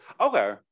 Okay